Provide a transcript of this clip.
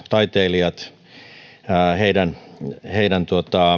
taiteilijat heidän heidän